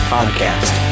Podcast